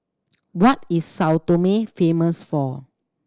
what is Sao Tome famous for